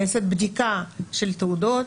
נעשית בדיקה של התעודות,